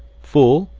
fool!